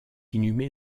inhumé